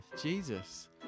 Jesus